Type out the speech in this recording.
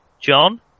John